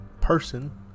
Person